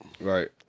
right